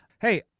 Hey